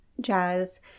jazz